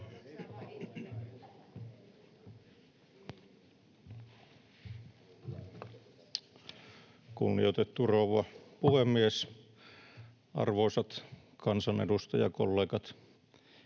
Kunnioitettu rouva puhemies! Arvoisat kansanedustajakollegat!